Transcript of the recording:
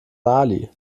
mali